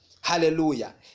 hallelujah